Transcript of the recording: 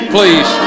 Please